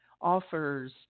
offers